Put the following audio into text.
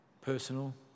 personal